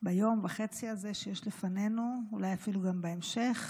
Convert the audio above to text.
ביום וחצי הזה שיש לפנינו, אולי אפילו גם בהמשך,